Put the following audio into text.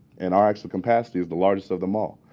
and our actual capacity is the largest of them all.